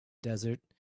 desert